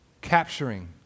capturing